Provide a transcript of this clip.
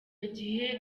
gihe